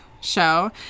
show